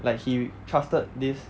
like he trusted this